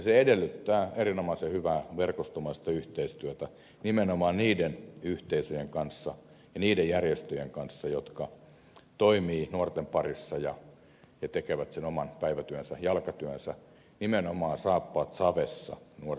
se edellyttää erinomaisen hyvää verkostomaista yhteistyötä nimenomaan niiden yhteisöjen kanssa ja niiden järjestöjen kanssa jotka toimivat nuorten parissa ja tekevät sen oman päivätyönsä jalkatyönsä nimenomaan saappaat savessa nuorten parissa